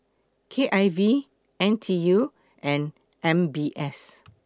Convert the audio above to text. K I V N T U and M B S